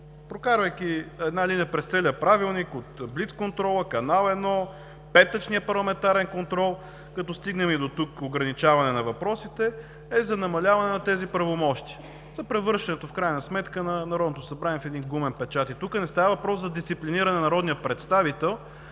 прокарвайки една линия през целия правилник от блицконтрола, Канал 1, петъчния парламентарен контрол, като стигнем и дотук – ограничаване на въпросите, е за намаляване на тези правомощия, за превръщането на Народното събрание в един гумен печат. И тук не става въпрос за дисциплиниране на народния представител,